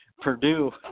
Purdue